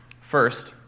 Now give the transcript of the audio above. First